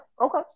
Okay